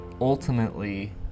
ultimately